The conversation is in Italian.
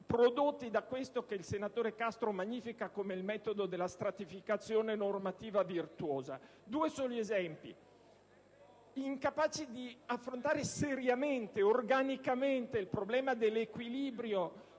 prodotti da quello che il senatore Castro magnifica come il metodo della "stratificazione normativa virtuosa". Due soli esempi. Incapaci di affrontare seriamente, organicamente, il problema dell'equilibrio